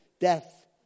death